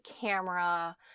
camera